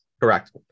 Correct